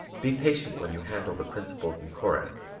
be patient when you handle the principals and chorus,